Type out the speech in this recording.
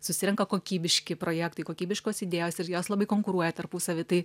susirenka kokybiški projektai kokybiškos idėjos ir jos labai konkuruoja tarpusavy tai